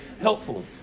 Helpful